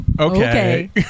Okay